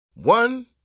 One